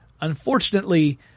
Unfortunately